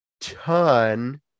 ton